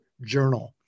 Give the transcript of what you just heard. Journal